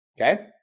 okay